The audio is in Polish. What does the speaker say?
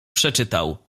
przeczytał